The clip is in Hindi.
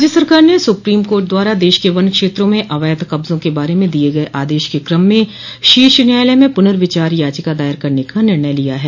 राज्य सरकार ने सुप्रीम कोर्ट द्वारा देश के वन क्षेत्रों में अवैध कब्जों के बारे में दिये गये आदेश के क्रम में शीर्ष न्यायालय म पुनर्विचार याचिका दायर करने का निर्णय लिया है